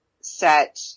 set